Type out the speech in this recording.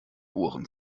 ohren